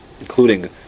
including